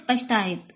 फायदे स्पष्ट आहेत